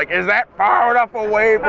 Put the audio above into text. like is that far enough away but